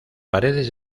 paredes